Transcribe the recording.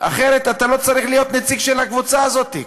אחרת אתה לא צריך להיות נציג של הקבוצה הזאת.